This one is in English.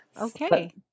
Okay